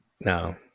no